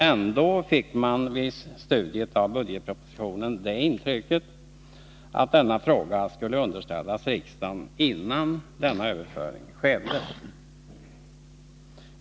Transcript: Ändå fick man vid studiet av budgetpropositionen det intrycket att denna fråga skulle underställas riksdagen innan denna överföring skedde.